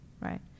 right